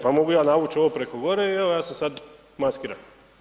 Pa mogu ja navući ovo preko gore i evo, ja sam sad maskiran.